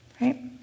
right